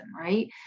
right